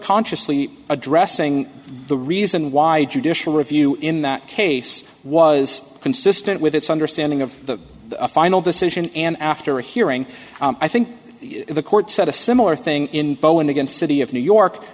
consciously addressing the reason why do you disha review in that case was consistent with its understanding of the final decision and after hearing i think the court said a similar thing in bowen against city of new york